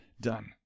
done